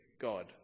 God